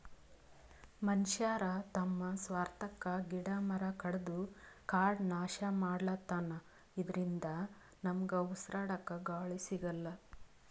ಮನಶ್ಯಾರ್ ತಮ್ಮ್ ಸ್ವಾರ್ಥಕ್ಕಾ ಗಿಡ ಮರ ಕಡದು ಕಾಡ್ ನಾಶ್ ಮಾಡ್ಲತನ್ ಇದರಿಂದ ನಮ್ಗ್ ಉಸ್ರಾಡಕ್ಕ್ ಗಾಳಿ ಸಿಗಲ್ಲ್